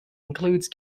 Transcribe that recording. include